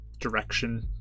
direction